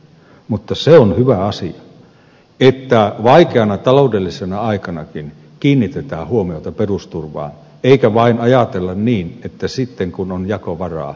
mutta se on hyvä asia että myös vaikeana taloudellisena aikana kiinnitetään huomiota perusturvaan eikä vain ajatella niin että sitten kun on jakovaraa